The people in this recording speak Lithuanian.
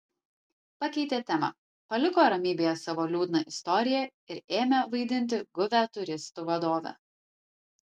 pakeitė temą paliko ramybėje savo liūdną istoriją ir ėmė vaidinti guvią turistų vadovę